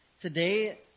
Today